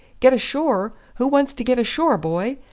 get ashore! who wants to get ashore, boy?